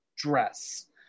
dress